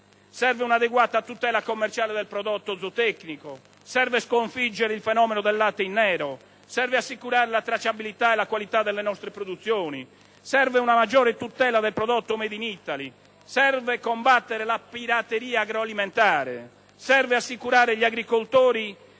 Serve un'adeguata tutela commerciale del prodotto zootecnico. Serve sconfiggere il fenomeno del latte in nero. Serve assicurare la tracciabilità e la qualità delle nostre produzioni. Serve una maggiore tutela del prodotto *made in Italy*. Serve combattere la pirateria agroalimentare. Serve assicurare gli agricoltori